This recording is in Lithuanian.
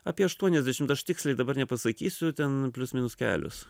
apie aštuoniasdešim aš tiksliai dabar nepasakysiu ten plius minus kelios